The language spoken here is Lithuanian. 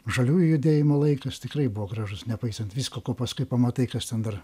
žaliųjų judėjimo laikas tikrai buvo gražus nepaisant visko ko paskui pamatai kas ten dar